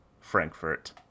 Frankfurt